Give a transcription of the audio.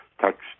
text